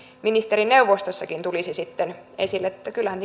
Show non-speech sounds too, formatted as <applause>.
ministerineuvostossakin tulisi sitten esille kyllähän <unintelligible>